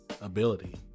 ability